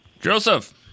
Joseph